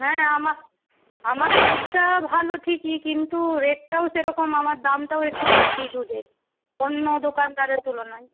হ্যাঁ আমার আমার দুধটা ভালো ঠিকই কিন্তু রেটটাও সেরকম আমার দামটাও একটু বেশি দুধের অন্য দোকানদারের তুলনায়